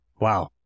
Wow